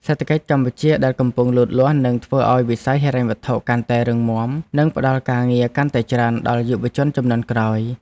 សេដ្ឋកិច្ចកម្ពុជាដែលកំពុងលូតលាស់នឹងធ្វើឱ្យវិស័យហិរញ្ញវត្ថុកាន់តែរឹងមាំ និងផ្តល់ការងារកាន់តែច្រើនដល់យុវជនជំនាន់ក្រោយ។